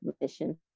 mission